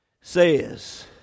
says